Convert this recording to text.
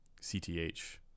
CTH